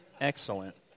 Excellent